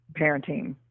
parenting